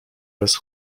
bez